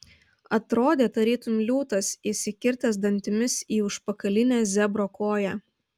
atrodė tarytum liūtas įsikirtęs dantimis į užpakalinę zebro koją